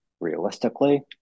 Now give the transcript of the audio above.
realistically